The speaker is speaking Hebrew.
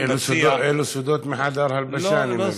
אלה סודות מחדר ההלבשה, אני מבין.